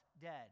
dead